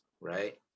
right